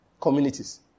communities